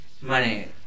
money